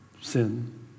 sin